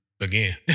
again